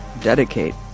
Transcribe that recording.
dedicate